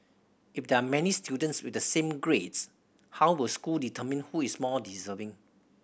if there are many students with the same grades how will school determine who is more deserving